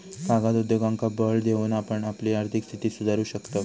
कागद उद्योगांका बळ देऊन आपण आपली आर्थिक स्थिती सुधारू शकताव